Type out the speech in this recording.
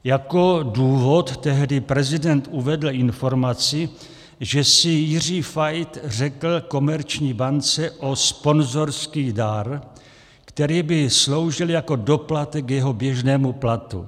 Jako důvod tehdy prezident uvedl informaci, že si Jiří Fajt řekl Komerční bance o sponzorský dar, který by sloužil jako doplatek k jeho běžnému platu.